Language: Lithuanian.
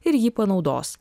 ir jį panaudos